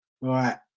Right